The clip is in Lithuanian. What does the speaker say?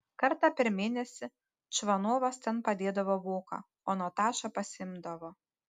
kartą per mėnesį čvanovas ten padėdavo voką o natašą pasiimdavo